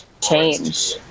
change